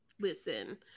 Listen